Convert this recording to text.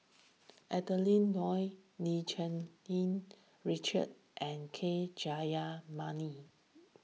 Adeline Ooi Lim Cherng Yih Richard and K Jayamani